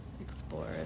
explore